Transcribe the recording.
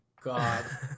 God